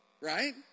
right